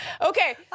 Okay